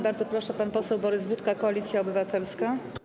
Bardzo proszę, pan poseł Borys Budka, Koalicja Obywatelska.